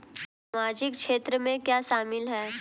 सामाजिक क्षेत्र में क्या शामिल है?